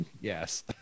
Yes